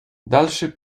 dalszy